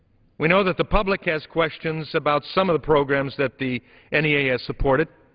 we know that the public has questions about some of the programs that the n e a. has supported.